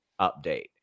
update